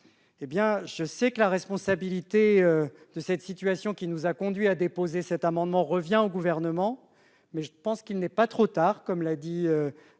Eh bien, je sais que la responsabilité de la situation qui nous a conduits à déposer cet amendement revient au Gouvernement, mais j'estime qu'il n'est pas trop tard, comme l'a bien